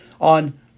on